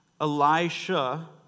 Elisha